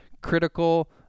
critical